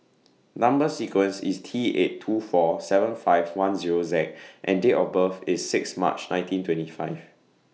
Number sequence IS T eight two four seven five one Zero Z and Date of birth IS six March nineteen twenty five